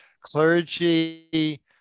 clergy